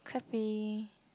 crapy